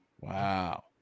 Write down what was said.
Wow